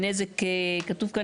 כתוב כאן,